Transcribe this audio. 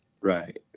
Right